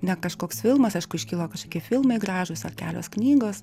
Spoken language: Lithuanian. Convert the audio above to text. ne kažkoks filmas aišku iškilo kažkokie filmai gražūs ar kelios knygos